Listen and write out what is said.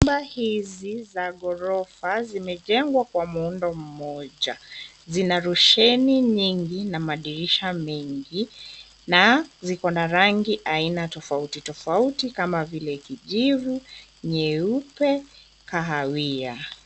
Nyumba hizi za ghorofa zimejengwa kwa muundo mmoja. Zina roshani nyingi na madirisha mengi, na ziko na rangi aina tofauti tofauti, kama vile, kijivu, nyeupe, kahawia.